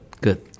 Good